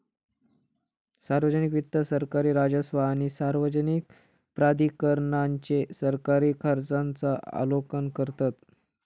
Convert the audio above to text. सार्वजनिक वित्त सरकारी राजस्व आणि सार्वजनिक प्राधिकरणांचे सरकारी खर्चांचा आलोकन करतत